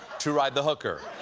to ride the hooker.